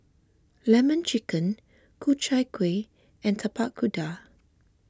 Lemon Chicken Ku Chai Kuih and Tapak Kuda